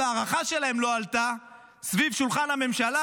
וההערכה שלהם לא עלתה סביב שולחן הממשלה.